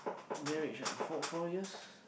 marriage ah four four years